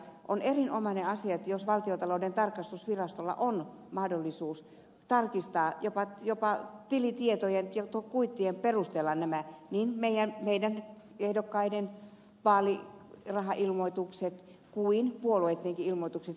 on erinomainen asia jos valtiontalouden tarkastusvirastolla on mahdollisuus tarkistaa jopa tilitietojen ja kuittien perusteella nämä niin meidän ehdokkaiden vaalirahailmoitukset kuin puolueittenkin ilmoitukset sitten